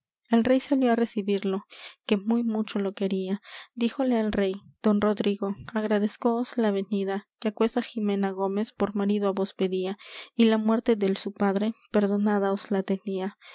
el rey salió á recibirlo que muy mucho lo quería díjole el rey don rodrigo agradézcoos la venida que aquesa jimena gómez por marido á vos pedía y la muerte del su padre perdonada os la